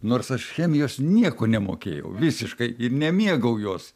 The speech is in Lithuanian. nors aš chemijos nieko nemokėjau visiškai ir nemėgau jos